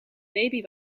baby